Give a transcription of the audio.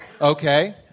Okay